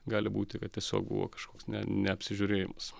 gali būti kad tiesiog buvo kažkoks neapsižiūrėjimas